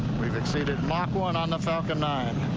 we've exceeded my one on the falcon nine.